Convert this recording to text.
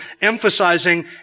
emphasizing